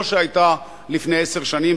כמו שהיתה לפני עשר שנים,